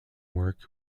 work